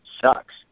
sucks